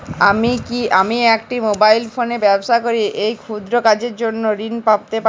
আমি একটি মোবাইল ফোনে ব্যবসা করি এই ক্ষুদ্র কাজের জন্য ঋণ পেতে পারব?